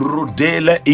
Rudele